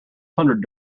hundred